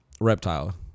Reptile